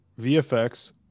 vfx